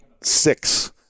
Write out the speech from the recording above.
six